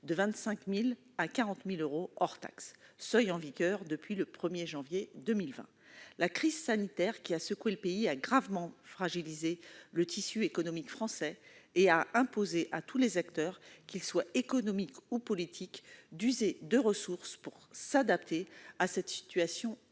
de 25 000 à 40 000 euros hors taxes, à compter du 1 janvier 2020. Or la crise sanitaire qui a secoué le pays a gravement fragilisé le tissu économique français, imposant à tous les acteurs, économiques et politiques, d'user de ressources pour s'adapter à cette situation inédite.